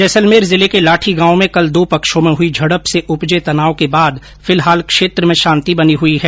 जैसलमेर जिले के लाठी गांव में कल दो पक्षों में हुई झडप से उपजे तनाव के बाद फिलहाल क्षेत्र में शांति बनी हई है